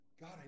God